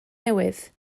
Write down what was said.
newydd